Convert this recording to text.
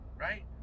right